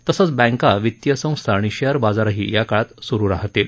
तसंच बँका वित्तीय संस्था आणि शेअर बाजारही या काळात सुरु राहतील